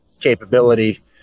capability